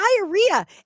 diarrhea